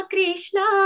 Krishna